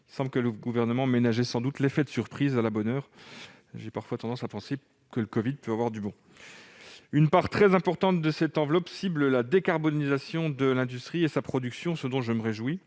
Il semble que le Gouvernement voulait nous ménager un effet de surprise. À la bonne heure ! J'ai parfois tendance à penser que le covid-19 peut avoir du bon ... Une part très importante de cette enveloppe cible la décarbonation de l'industrie et la production d'hydrogène. Je m'en réjouis,